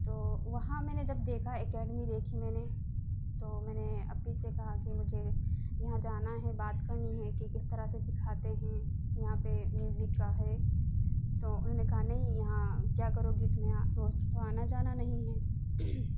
تو وہاں میں نے جب دیکھا اکیڈمی دیکھی میں نے تو میں نے اپی سے کہا کہ مجھے یہاں جانا ہے بات کرنی ہے کہ کس طرح سے سکھاتے ہیں یہاں پہ میوزک کا ہے تو انہوں نے کہا نہیں یہاں کیا کروگی تم یہاں روز تو آنا جانا نہیں ہے